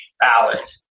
ballot